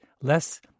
less